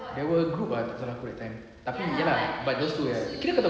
there were a group tak salah aku that time tapi ye lah like those two eh